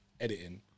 editing